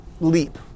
leap